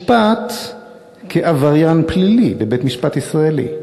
ונשפט כעבריין פלילי בבית-משפט ישראלי.